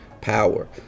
power